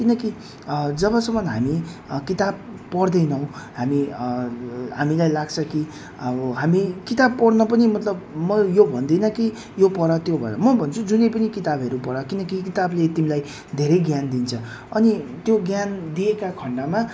किनकि जबसम्म हामी किताब पढ्दैनौँ हामी हामीलाई लाग्छ कि अब हामी किताब पढ्न पनि मतलब म यो भन्दिनँ कि यो पढ त्यो भनेर म भन्छु जुनै पनि किताबहरू पढ किनकि किताबले तिमीलाई धेरै ज्ञान दिन्छ अनि त्यो ज्ञान दिएका खण्डमा